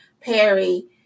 Perry